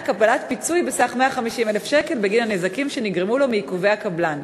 קבלת פיצוי בסך 150,000 שקל בגין הנזקים שנגרמו לו מעיכובי הקבלן.